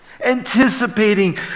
anticipating